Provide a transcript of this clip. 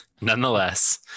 nonetheless